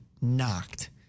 knocked